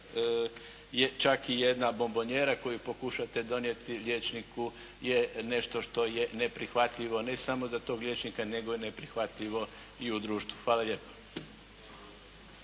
je čak i jedna bombonjera koju pokušate donijeti liječniku je nešto što je neprihvatljivo ne samo za tog liječnika nego je i neprihvatljivo i u društvu. Hvala lijepo.